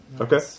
okay